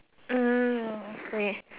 hmm okay